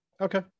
Okay